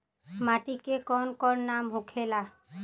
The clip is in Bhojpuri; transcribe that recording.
माटी के कौन कौन नाम होखे ला?